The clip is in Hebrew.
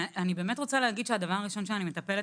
אני באמת רוצה להגיד שהדבר הראשון שאני מטפלת